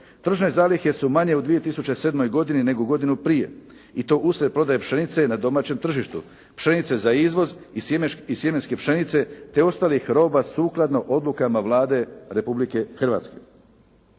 Državne zalihe su manje u 2007. godini nego godinu prije i to uslijed prodaje pšenice na domaćem tržištu, pšenice za izvoz i sjemenske pšenice te ostalih roba sukladno odlukama Vlade Republike Hrvatske.